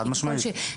חד משמעית.